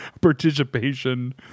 participation